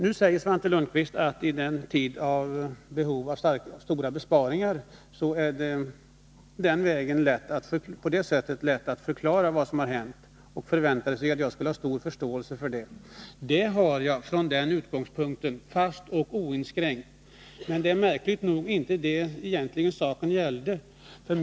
Nu säger statsrådet Lundkvist att det med hänsyn till att vi har en tid med behov av stora besparingar är lätt att förklara vad som har hänt, och han förväntade sig att jag skulle ha stor förståelse för det. Det har jag också, fast och oinskränkt, men det är egentligen inte det som saken gäller.